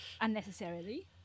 Unnecessarily